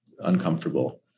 uncomfortable